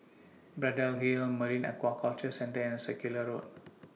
Braddell Hill Marine Aquaculture Centre and Circular Road